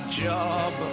job